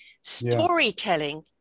Storytelling